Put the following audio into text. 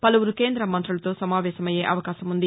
పలువురు కేంద్రమంతులతో సమావేశమయ్యే అవకాశముంది